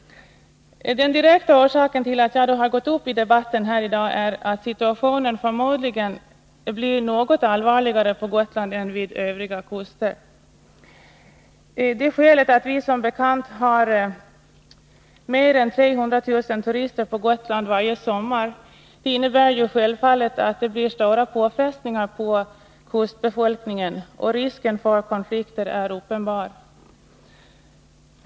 Den direkta orsaken till att jag gått upp i debatten här i dag är att situationen förmodligen blir något allvarligare på Gotland än vid övriga kuster. Det skälet att vi som bekant har mer än 300 000 turister på Gotland varje sommar innebär självfallet att det blir stora påfrestningar på kustbefolkningen, och risken för konflikter är uppenbar.